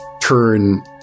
turn